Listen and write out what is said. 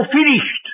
finished